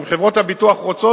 אם חברות הביטוח רוצות,